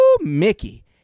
Mickey